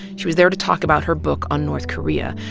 she was there to talk about her book on north korea.